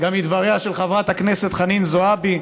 גם מדבריה של חברת הכנסת חנין זועבי,